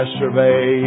survey